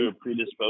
predisposed